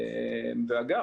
ואגב,